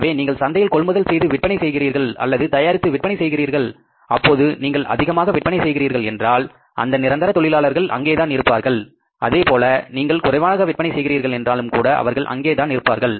எனவே நீங்கள் சந்தையில் கொள்முதல் செய்து விற்பனை செய்கின்றீர்கள் அல்லது தயாரித்து விற்பனை செய்கின்றீர்கள் அப்போது நீங்கள் அதிகமாக விற்பனை செய்கின்றீர்கள் என்றால் அந்த நிரந்தர தொழிலாளர்கள் அங்கே தான் இருப்பார்கள் அதேபோல நீங்கள் குறைவாக விற்பனை செய்கின்றீர்கள் என்றாலும் கூட அவர்கள் அங்கே தான் இருப்பார்கள்